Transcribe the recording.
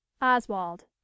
Oswald